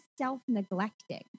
self-neglecting